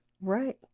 Right